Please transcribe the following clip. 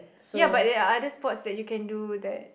ya but there are other sports that you can do that